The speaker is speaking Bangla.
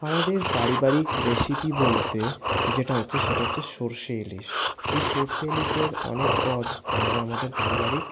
আমাদের পারিবারিক রেসিপি বলতে যেটা হচ্ছে সেটা হচ্ছে সরষে ইলিশ এই সরষে ইলিশের অনেক পদ আমরা আমাদের পারিবারিক